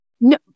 No